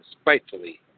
spitefully